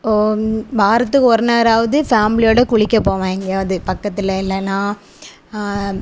one வாரத்துக்கு ஒரு நேரமாவது ஃபேமிலியோடய குளிக்க போவேன் எங்கேயாவது பக்கத்தில் இல்லைன்னா